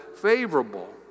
favorable